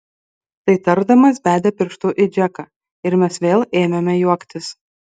tai tardamas bedė pirštu į džeką ir mes vėl ėmėme juoktis